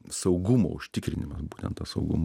saugumo užtikrinimas būtent tas saugumo